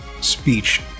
speech